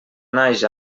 naix